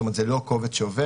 זאת אומרת, זה לא קובץ שעובר.